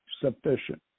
sufficient